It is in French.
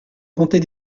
conter